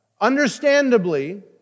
understandably